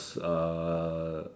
uh